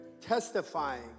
testifying